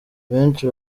benshi